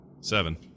Seven